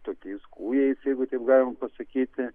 tokiais kūjais jeigu taip galim pasakyti